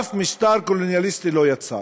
אף משטר קולוניאליסטי לא יצר,